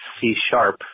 C-sharp